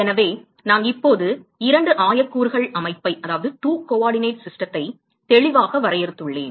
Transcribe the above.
எனவே நான் இப்போது இரண்டு ஆயக் கூறுகள் அமைப்பை தெளிவாக வரையறுத்துள்ளேன்